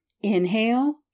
Inhale